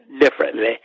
differently